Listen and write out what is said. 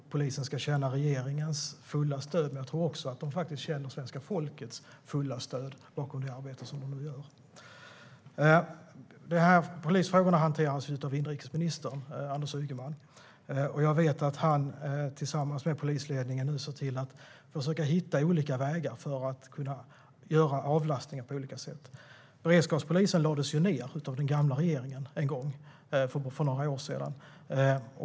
Polisen ska känna regeringens fulla stöd. Men jag tror också att den känner svenska folkets fulla stöd bakom det arbete som den nu gör. Polisfrågorna hanteras av inrikesminister Anders Ygeman. Jag vet att han tillsammans med polisledningen nu ser till att försöka hitta olika vägar för att kunna göra avlastningar på olika sätt. Beredskapspolisen lades ned av den gamla regeringen för några år sedan.